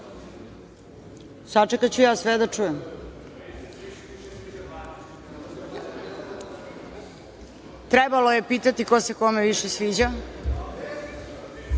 Sačekaću ja sve da čujem. Trebalo je pitati ko se kome više sviđa,